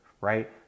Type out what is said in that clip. right